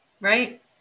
right